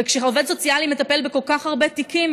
וכשהעובד הסוציאלי מטפל בכל כך הרבה תיקים,